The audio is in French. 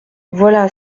voilà